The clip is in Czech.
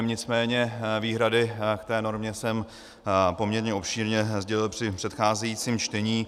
Nicméně výhrady k té normě jsem poměrně obšírně sdělil při předcházejícím čtení.